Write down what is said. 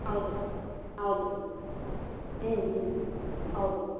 ಹೌದು ಹೌದು ಹ್ಞೂ ಹ್ಞೂ ಹೌದು